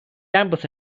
campus